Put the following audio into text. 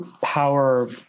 Power